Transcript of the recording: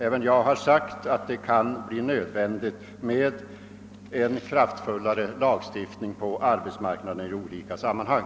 Även jag har sagt att det kan bli nödvändigt med en kraftfullare lagstiftning på arbetsmarknaden i olika sammanhang.